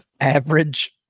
average